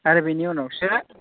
आरो बिनि उनावसो